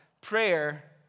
prayer